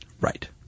Right